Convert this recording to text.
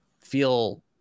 feel